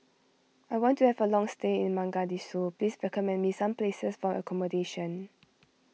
I want to have a long stay in Mogadishu please recommend me some places for your accommodation